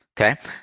Okay